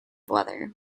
weather